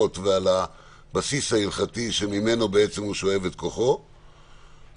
והבסיס ההלכתי שממנו בעצם הוא שואב את כוחו,